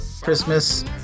Christmas